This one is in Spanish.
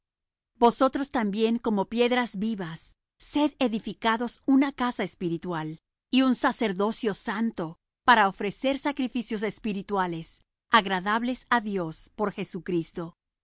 vosotros también como piedras vivas sed edificados una casa espitirual y un sacerdocio santo para ofrecer sacrificios espirituales agradables á dios por jesucristo